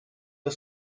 the